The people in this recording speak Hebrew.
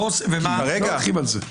כי כרגע לא הולכים על זה.